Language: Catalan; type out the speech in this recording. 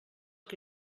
que